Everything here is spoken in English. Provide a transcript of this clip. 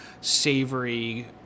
savory